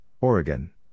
Oregon